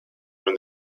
from